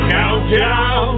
Countdown